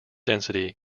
density